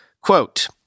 Quote